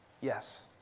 Yes